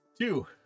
Two